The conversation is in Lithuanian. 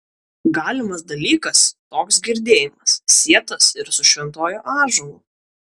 galimas dalykas toks girdėjimas sietas ir su šventuoju ąžuolu